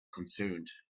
concerned